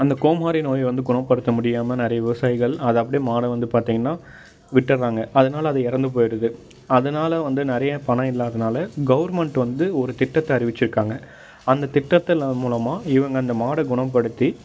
அந்தக் கோமாரி நோயை வந்து குணப்படுத்த முடியாமல் நிறைய விவசாயிகள் அதை அப்படியே மாடை வந்து பார்த்தீங்கன்னா விட்டர்றாங்க அதனால் அது இறந்து போயிருது அதனால் வந்து நிறைய பணம் இல்லாதுனால கவெர்ன்மெண்ட் வந்து ஒரு திட்டத்தை அறிவிச்சிருக்காங்க அந்தத் திட்டத்தில் மூலமாக இவங்க அந்த மாடை குணப்படுத்தி